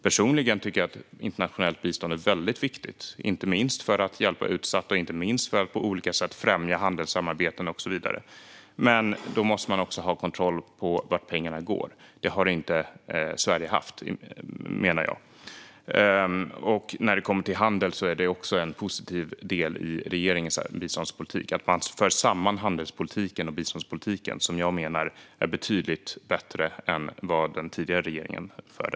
Personligen tycker jag att internationellt bistånd är väldigt viktigt, inte minst för att hjälpa utsatta och inte minst för att på olika sätt främja handelssamarbeten och så vidare. Men då måste man också ha kontroll över vart pengarna går, och det menar jag att Sverige inte har haft. När det kommer till handel är det också en positiv del i regeringens biståndspolitik att man för samman handelspolitiken och biståndspolitiken. Jag menar att det är betydligt bättre än det den tidigare regeringen införde.